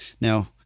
Now